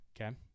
okay